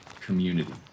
community